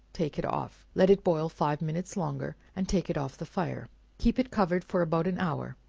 take it off let it boil five minutes longer, and take it off the fire keep it covered for about an hour,